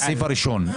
על הסעיף הראשון.